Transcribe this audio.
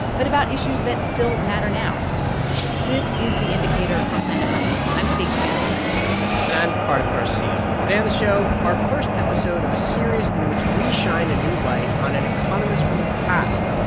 but about issues that still matter now this is the indicator from planet money. i'm stacey vanek smith and i'm cardiff garcia. today on the show, our first episode of a series in which we shine a new light on an economist from the past,